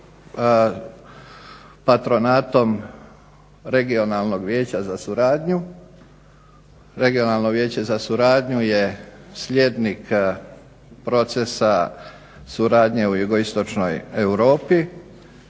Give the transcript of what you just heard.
patronatom Regionalnog vijeća za suradnju. Regionalno vijeće za suradnju je slijednik procesa suradnje u jugoistočnoj Europi.